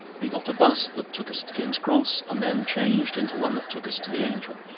we got a bus that took us to king's cross, and then changed into one that took us to the angel.